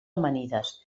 amanides